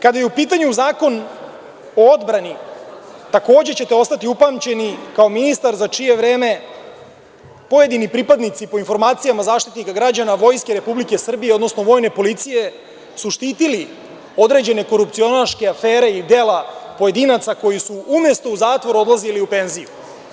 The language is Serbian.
Kada je u pitanju Zakon o odbrani, takođe ćete ostati upamćeni kao ministar za čije vreme pojedini pripadnici, po informacija Zaštitnika građana, Vojske Republike Srbije, odnosno Vojne policije su štitili određene korupcionaške afere i dela pojedinaca koji su, umesto u zatvor, odlazili u penziju.